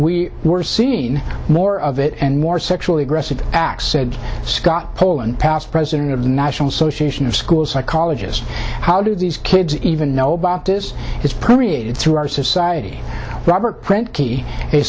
we were seen more of it and more sexually aggressive acts said scott poland past president of the national association of school psychologist how do these kids even know about this is permeated through our society robert print key